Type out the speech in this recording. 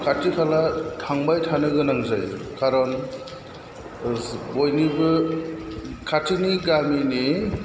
खाथि खाला थांबाय थानो गोनां जायो खारन बयनिबो खाथिनि गामिनि